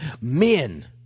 Men